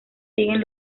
siguen